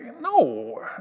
No